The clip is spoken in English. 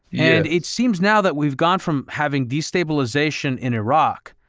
and it seems now, that we've gone from having destabilization in iraq,